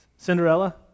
Cinderella